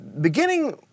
beginning